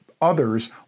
others